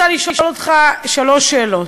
אז אני רוצה לשאול אותך שלוש שאלות.